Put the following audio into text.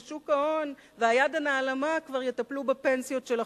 ושוק ההון והיד הנעלמה כבר יטפלו בפנסיות של החוסכים.